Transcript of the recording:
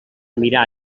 mirar